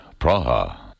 Praha